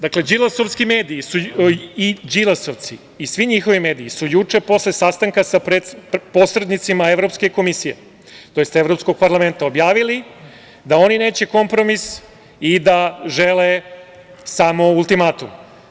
Dakle, đilasovski mediji i Đilasovci, svi njihovi mediji, su juče posle sastanka sa posrednicima Evropske komisije, tj. Evropskog parlamenta objavili da oni neće kompromis i da žele samo ultimatum.